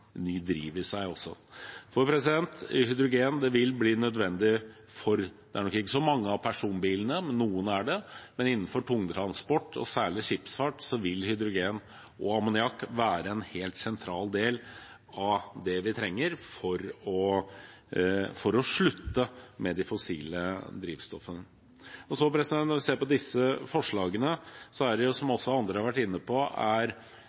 seg. Hydrogen vil ikke bli nødvendig for så mange av personbilene, men noen er det, men innenfor tungtransport og særlig skipsfart vil hydrogen og ammoniakk være en helt sentral del av det vi trenger for å slutte med de fossile drivstoffene. Når vi ser på disse forslagene, er spørsmålet, som også andre har vært inne på: Skal man fokusere på tiltak for å øke produksjonen, eller er